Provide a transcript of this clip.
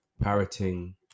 parroting